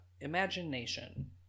imagination